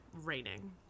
raining